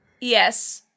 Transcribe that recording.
Yes